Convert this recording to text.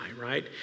right